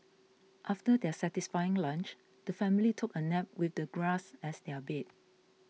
after their satisfying lunch the family took a nap with the grass as their bed